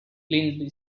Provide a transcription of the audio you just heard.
lindley